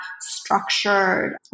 structured